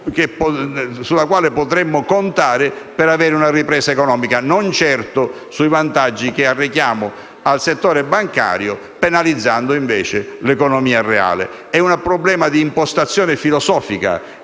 su cui dovremmo contare per avere una ripresa economica e non certo sui vantaggi che arrechiamo al settore bancario, penalizzando invece l'economia reale. Si tratta di un problema di impostazione filosofica